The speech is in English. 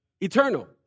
Eternal